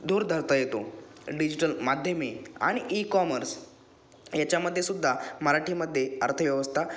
धूरा धरता येतो डिजिटल माध्यमे आणि ईकॉमर्स याच्यामध्ये सुद्धा मराठीमध्ये अर्थव्यवस्था